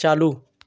चालू